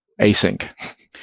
async